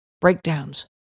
breakdowns